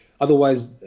otherwise